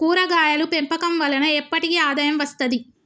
కూరగాయలు పెంపకం వలన ఎప్పటికి ఆదాయం వస్తది